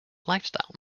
lifestyle